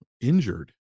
injured